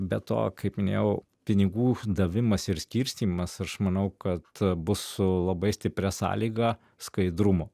be to kaip minėjau pinigų davimas ir skirstymas aš manau kad bus su labai stipria sąlyga skaidrumo